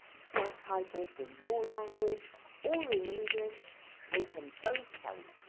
subtitles in your language or in english they can both help.